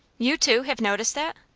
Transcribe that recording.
you, too, have noticed that?